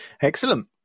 Excellent